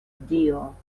dio